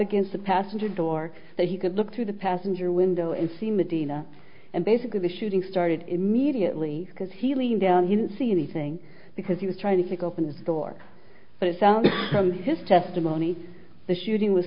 against the passenger door that he could look through the passenger window and see medina and basically the shooting started immediately because he leaned down he didn't see anything because he was trying to go up in the door but it sounds from his testimony the shooting was